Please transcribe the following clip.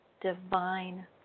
divine